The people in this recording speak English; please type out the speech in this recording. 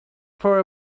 for